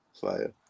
Fire